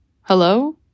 hello